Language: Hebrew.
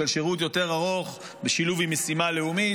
שירות יותר ארוך בשילוב עם משימה לאומית,